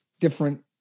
different